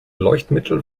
leuchtmittel